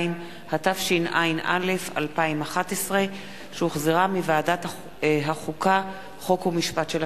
2), התשע"א 2011, שהחזירה ועדת החוקה, חוק ומשפט.